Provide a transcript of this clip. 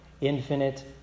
infinite